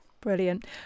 Brilliant